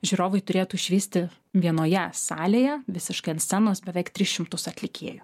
žiūrovai turėtų išvysti vienoje salėje visiškai ant scenos beveik tris šimtus atlikėjų